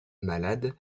malade